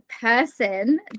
person